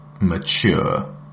mature